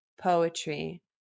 poetry